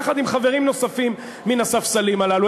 יחד עם חברים נוספים מן הספסלים הללו.